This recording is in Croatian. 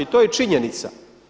I to je činjenica.